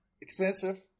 expensive